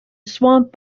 swamp